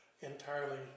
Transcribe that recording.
entirely